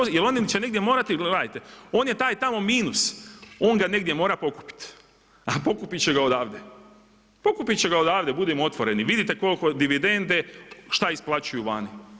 E sad, jer oni će negdje morati, gledajte, on je taj tamo minus, on ga negdje mora pokupiti a pokupiti će ga odavde, pokupiti će ga odavde, budimo otvoreni, vidite koliko dividende, šta isplaćuju vani.